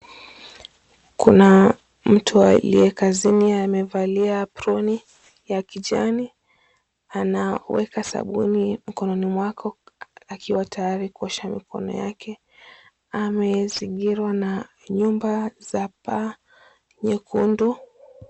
Kuna mtu aliyekazini amevalia aproni ya kijani, anaweka sabuni mikononi mwake akiwa tayari kuosha mikono yake. Amezingirwa na nyumba za paa nyekundu.